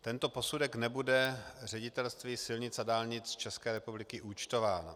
Tento posudek nebude Ředitelství silnic a dálnic České republiky účtován.